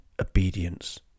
obedience